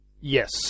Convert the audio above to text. Yes